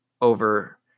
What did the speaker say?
over